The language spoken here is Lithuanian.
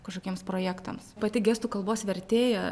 kažkokiems projektams pati gestų kalbos vertėja